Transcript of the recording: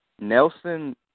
Nelson